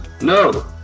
no